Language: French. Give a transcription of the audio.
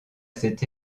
cet